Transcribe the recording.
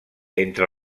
entre